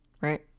right